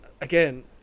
again